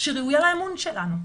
שראויה לאמון שלנו.."